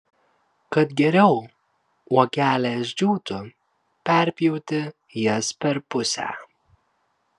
kad geriau uogelės džiūtų perpjauti jas per pusę